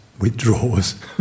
withdraws